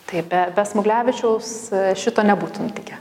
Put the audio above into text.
tai be be smuglevičiaus šito nebūtų nutikę